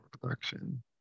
production